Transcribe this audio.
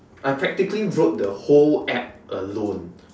I practically wrote the whole App alone